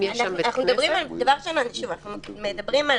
אנחנו מדברים על